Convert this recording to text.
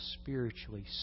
spiritually